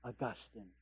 Augustine